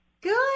Good